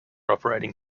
operating